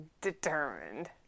determined